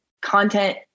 content